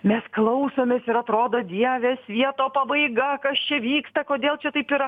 mes klausomės ir atrodo dieve svieto pabaiga kas čia vyksta kodėl čia taip yra